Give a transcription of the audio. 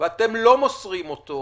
ואתם לא מוסרים אותו,